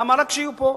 למה שיהיו רק פה?